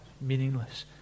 meaningless